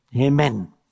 Amen